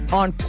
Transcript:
on